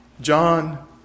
John